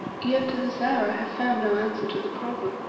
yet to this hour i have found no answer to the problem,